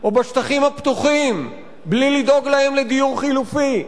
או בשטחים הפתוחים בלי לדאוג להם לדיור חלופי,